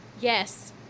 Yes